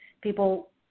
people